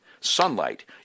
Sunlight